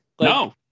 No